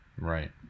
right